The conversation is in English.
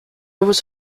was